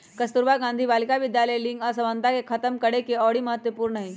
कस्तूरबा गांधी बालिका विद्यालय लिंग असमानता के खतम करेके ओरी महत्वपूर्ण हई